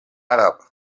àrab